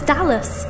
Dallas